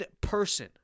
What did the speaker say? person